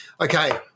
Okay